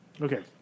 Okay